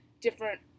different